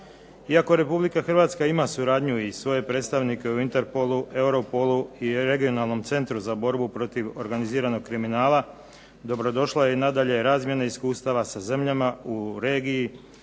Iako Republika Hrvatska ima suradnju i svoje predstavnike u Interpolu, Europolu i Regionalnom centru za borbu protiv organiziranog kriminala dobrodošla je i nadalje razmjena iskustava sa zemljama u regiji i